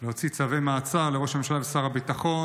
להוציא צווי מעצר לראש הממשלה ולשר הביטחון,